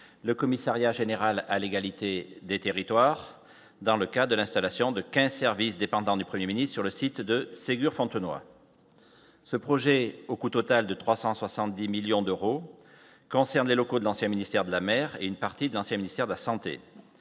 le Commissariat général à l'égalité des territoires, dans le cas de l'installation de 15, service dépendant du 1er mini-sur le site de Ségur Fontenoy ce projet au coût total de 370 millions d'euros, cancer, les locaux de l'ancien ministère de la mer et une partie de l'ancien ministère de la Santé,